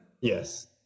Yes